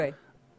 אוקיי.